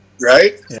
right